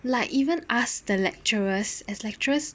like even asked the lecturers as lecturers